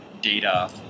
data